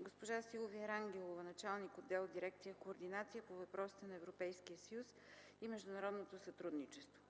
госпожа Силвия Рангелова – началник на отдел в дирекция „Координация по въпросите на Европейския съюз и международното сътрудничество”.